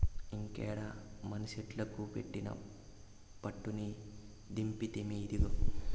ఇంకేడ మనసెట్లుకు పెట్టిన పట్టుని దింపితిమి, ఇదిగో